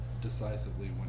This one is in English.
decisively